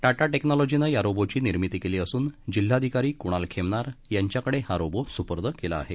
टाटा टेक्नॉलॉजीनं या रोबोची निर्मिती केली असून जिल्हाधिकारी कुणाल खेमनार यांच्याकडे हा रोबो सुपुई केला आहे